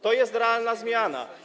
To jest realna zmiana.